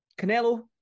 Canelo